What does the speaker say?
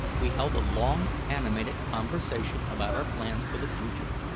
we held a long, animated conversation about our plans for the future.